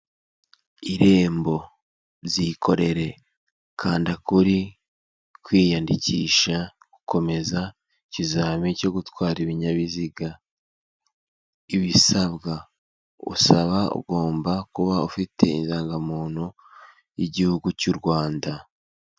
Irembo, byikorere kanda kuri, kwiyandikisha, gukomeza, ikizami cyo gutwara ibinyabiziga, ibisabwa, usabwa ugomba kuba ufite indangamuntu y'igihugu cy' u Rwanda.